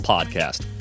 Podcast